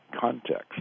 context